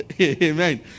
Amen